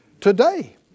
today